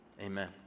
Amen